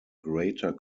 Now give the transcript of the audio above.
greater